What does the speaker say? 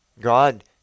God